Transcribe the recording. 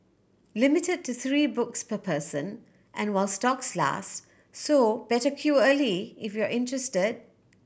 limited to three books per person and while stocks last so better queue early if you're interested